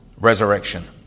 resurrection